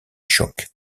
choc